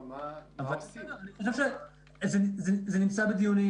זה נמצא בדיונים,